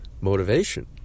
motivation